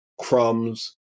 crumbs